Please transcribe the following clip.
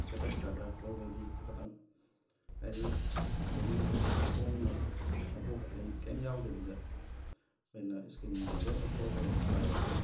ꯁꯦꯇꯠꯈ꯭ꯔꯒ whole ꯕꯣꯗꯤꯁꯤꯗꯨ ꯈꯇꯪ ꯍꯥꯏꯗꯤ ꯕꯣꯗꯤ ꯃꯈꯣꯡ ꯃ ꯃꯀꯣꯛ ꯃꯩ ꯀꯩꯝ ꯌꯥꯎꯗꯕꯤꯗ ꯑꯣꯏꯅ ꯁ꯭ꯀꯤꯟꯒ ꯂꯣꯏꯅ ꯂꯧꯊꯣꯛꯑꯒ ꯑꯣꯏꯅ ꯆꯥꯌꯦꯕ